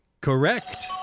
Correct